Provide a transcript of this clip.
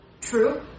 True